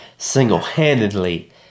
single-handedly